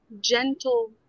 gentle